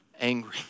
angry